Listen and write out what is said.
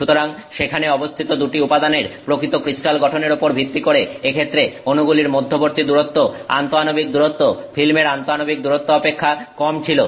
সুতরাং সেখানে অবস্থিত দুটি উপাদানের প্রকৃত ক্রিস্টাল গঠনের উপর ভিত্তি করে এক্ষেত্রে অনুগুলির মধ্যবর্তী দূরত্ব আন্তঃআণবিক দূরত্ব ফিল্মের আন্তঃআণবিক দূরত্ব অপেক্ষা কম ছিল